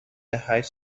هشت